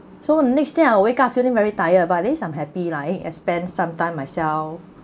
so next day I wake up feeling very tired but at least I'm happy lah eh I spent some time myself